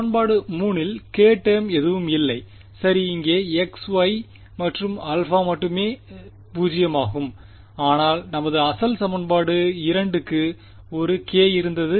சமன்பாடு 3 இல் k term எதுவும் இல்லை சரி இங்கே x y மற்றும் α மட்டுமே 0 ஆகும் ஆனால் நமது அசல் சமன்பாடு 2 க்கு ஒரு k இருந்தது